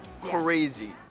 crazy